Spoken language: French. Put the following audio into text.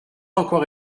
encore